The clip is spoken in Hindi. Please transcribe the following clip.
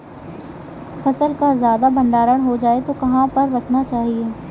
फसल का ज्यादा भंडारण हो जाए तो कहाँ पर रखना चाहिए?